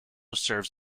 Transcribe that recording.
serves